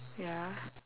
ya